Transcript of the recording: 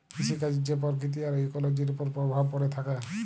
কিসিকাজের যে পরকিতি আর ইকোলোজির উপর পরভাব প্যড়ে থ্যাকে